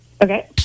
Okay